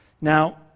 Now